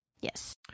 yes